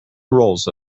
rolls